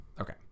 Okay